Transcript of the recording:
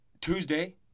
Tuesday